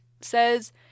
says